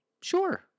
sure